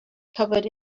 covered